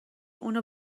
اونو